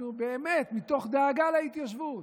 אנחנו באמת, מתוך דאגה להתיישבות,